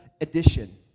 Edition